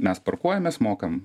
mes parkuojamės mokam